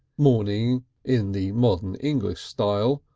mourning in the modern english style,